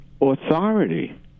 authority